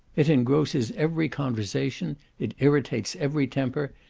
it engrosses every conversation, it irritates every temper,